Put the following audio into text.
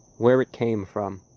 where it came from?